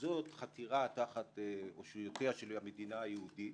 שזו חתירה תחת אושיותיה של המדינה היהודית,